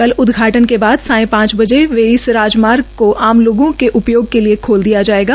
कल उदघाटन के बाद सायं पांच बजे इस राजमार्ग को आम लोगों के उपयोग के लिए खोल दिया जाएगा